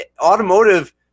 automotive